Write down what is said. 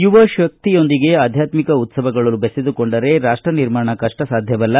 ಯುವ ಶಕ್ತಿಯೊಂದಿಗೆ ಆಧ್ಯಾತ್ಮಿಕ ಉತ್ಸವಗಳು ಬೆಸೆದುಕೊಂಡರೆ ರಾಷ್ಟ ನಿರ್ಮಾಣ ಕಷ್ಟಸಾಧ್ತವಲ್ಲ